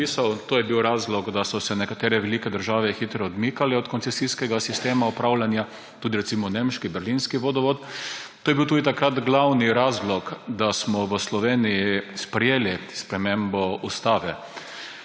To je bil razlog, da so se nekatere velike države hitro odmikale od koncesijskega sistema upravljanja, tudi recimo nemški berlinski vodovod. To je bil takrat tudi glavni razlog, da smo v Sloveniji sprejeli spremembo ustave.